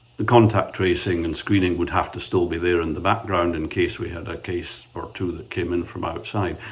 the contact tracing and screening would have to still be there in the background in case we had a case or two that came in from outside.